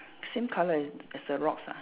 same colour as as the rocks ah